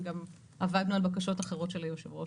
וגם עבדנו על בקשות אחרות של היו"ר.